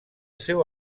seu